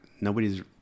nobody's